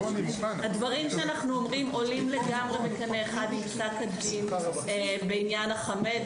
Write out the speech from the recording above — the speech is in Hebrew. הדברים שאנחנו אומרים עולים לגמרי בקנה אחד עם פסק הדין בעניין החמץ,